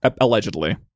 allegedly